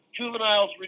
juveniles